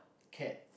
cat